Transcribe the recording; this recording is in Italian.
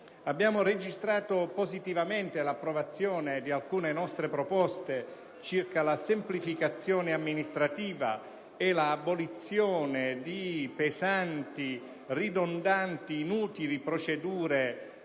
abbiamo registrato positivamente l'approvazione di alcune nostre proposte circa la semplificazione amministrativa e l'abolizione di pesanti, ridondanti e inutili procedure